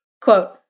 quote